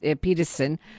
peterson